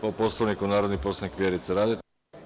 Po Poslovniku, narodni poslanik Vjerica Radeta.